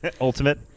ultimate